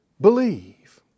believe